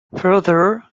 further